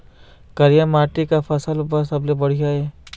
करिया माटी का फसल बर सबले बढ़िया ये?